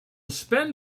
spend